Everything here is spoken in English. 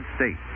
States